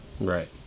Right